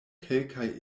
kelkaj